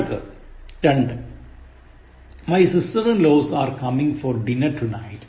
അടുത്തത് 2 My sister in laws are coming for dinner tonight